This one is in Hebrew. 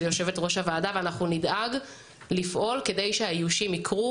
יושבת-ראש הוועדה ואנחנו נדאג לפעול כדי שהאיושים יקרו,